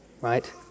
right